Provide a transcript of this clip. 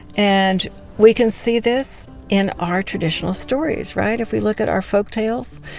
and we can see this in our traditional stories, right? if we look at our folktales,